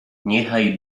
niechaj